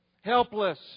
helpless